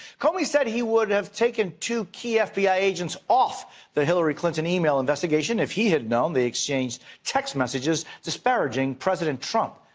comey says he would have taken two key fbi agents off the hillary clinton e-mail investigation if he had known they exchanged text messages zparjing president trump.